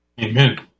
Amen